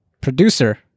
producer